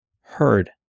heard